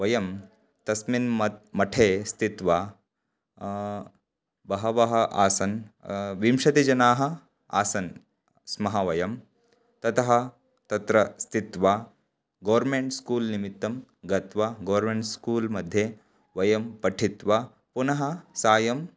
वयं तस्मिन् म मठे स्थित्वा बहवः आसन् विंशतिः जनाः आसन् स्मः वयं ततः तत्र स्थित्वा गोर्मेण्ट् स्कूल्निमित्तं गत्वा गोर्मेण्ट् स्कूल्मध्ये वयं पठित्वा पुनः सायम्